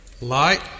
Light